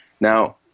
Now